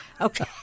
Okay